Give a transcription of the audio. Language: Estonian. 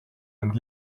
end